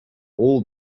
all